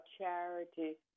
charity